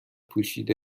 پوشیده